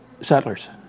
settlers